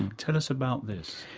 um tell us about this.